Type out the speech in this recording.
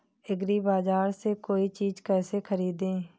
एग्रीबाजार से कोई चीज केसे खरीदें?